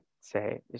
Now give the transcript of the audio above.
say